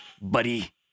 buddy